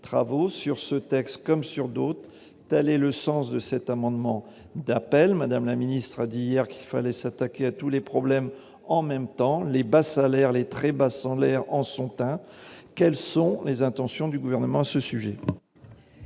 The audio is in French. travaux, sur ce texte comme sur d'autres. Tel est le sens de cet amendement d'appel. Mme la ministre a dit hier qu'il fallait s'attaquer à tous les problèmes en même temps. Les très bas salaires en sont un ! Quelles sont les intentions du Gouvernement à ce sujet ?